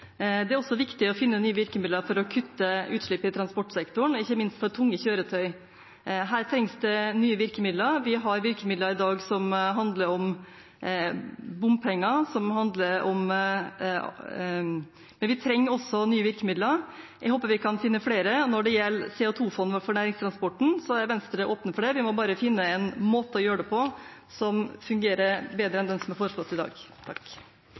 Det er også viktig å finne nye virkemidler for å kutte utslipp i transportsektoren, ikke minst for tunge kjøretøy. Her trengs det nye virkemidler. Vi har virkemidler i dag, bl.a. handler det om bompenger, men vi trenger også nye virkemidler. Jeg håper vi kan finne flere. Når det gjelder CO 2 -fondet for næringstransporten, er Venstre åpne for det, vi må bare finne en måte å gjøre det på som fungerer bedre enn den som er foreslått i dag.